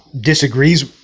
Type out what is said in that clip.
disagrees